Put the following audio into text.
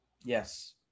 Yes